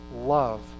love